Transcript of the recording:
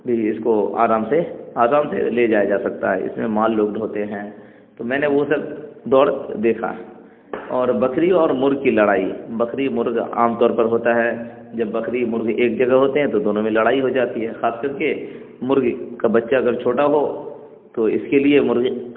بھی اس کو آرام سے آرام سے لے جایا جا سکتا ہے اس میں مال لوگ ڈھوتے ہیں تو میں نے وہ سب دور دیکھا ہے اور بکری اور مرغ کی لڑائی بکری مرغ عام طور پر ہوتا ہے جب بکری مرغ ایک جگہ ہوتے ہیں تو دونوں میں لڑائی ہو جاتی ہے خاص کر کے مرغی کا بچہ اگر چھوٹا ہو تو اس کے لیے مرغی